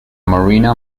marina